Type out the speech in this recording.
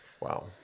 Wow